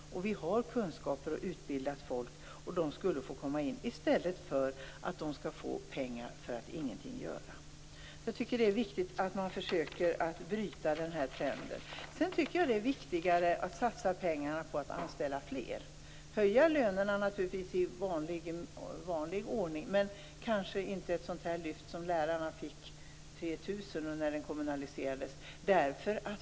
Det finns kunskaper och utbildat folk som kunde få jobb i stället för att få betalt för att inte göra någonting. Det är viktigt att försöka att bryta denna trend. Det är viktigare att satsa pengar på att anställa fler. Naturligtvis skall lönen höjas i vanlig ordning, men kanske inte ett sådant lyft som lärarna fick - 3 000 kr - vid kommunaliseringen.